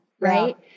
right